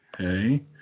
Okay